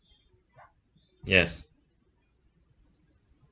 yes